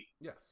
Yes